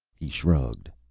he shrugged.